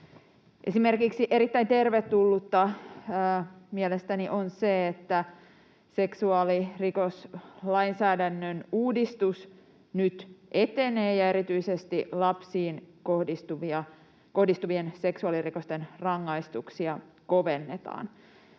Esimerkiksi erittäin tervetullutta mielestäni on se, että seksuaalirikoslainsäädännön uudistus nyt etenee ja erityisesti lapsiin kohdistuvien seksuaalirikosten rangaistuksia kovennetaan.